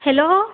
hello